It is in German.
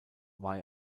war